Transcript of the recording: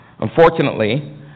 Unfortunately